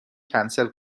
کنسل